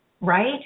right